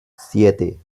siete